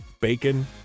bacon